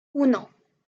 uno